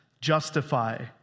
justify